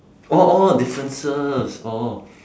orh orh differences orh